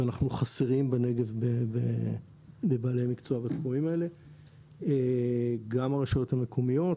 ואנחנו חסרים בנגב בבעלי מקצוע בתחומים האלה, גם הרשויות המקומיות,